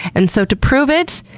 and so to prove it,